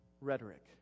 rhetoric